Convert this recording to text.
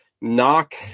Knock